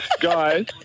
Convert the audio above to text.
Guys